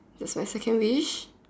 that's like second wish